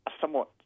somewhat